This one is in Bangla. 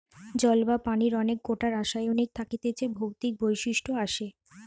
জল বা পানির অনেক কোটা রাসায়নিক থাকতিছে ভৌতিক বৈশিষ্ট আসে